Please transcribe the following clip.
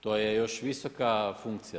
To je još visoka funkcija.